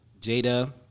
Jada